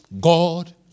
God